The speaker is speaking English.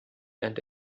and